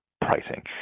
pricing